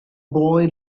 boy